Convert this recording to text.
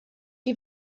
die